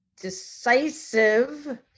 decisive